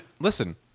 listen